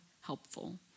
helpful